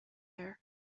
air